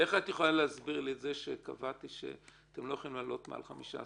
איך את יכולה להסביר שקבעתי שאתם לא יכולים להעלות את הריבית מעל 15%?